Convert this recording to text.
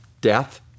death